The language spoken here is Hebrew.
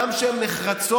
גם כשהן נחרצות,